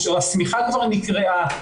השמיכה כבר נקרעה.